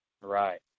Right